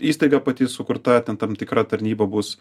įstaiga pati sukurta ten tam tikra tarnyba bus